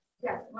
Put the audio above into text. Yes